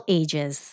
ages